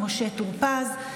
משה טור פז,